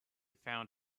found